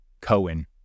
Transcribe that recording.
Cohen